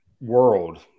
world